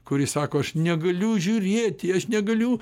kuri sako aš negaliu žiūrėti aš negaliu